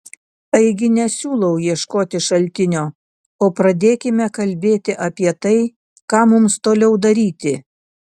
taigi nesiūlau ieškoti šaltinio o pradėkime kalbėti apie tai ką mums toliau daryti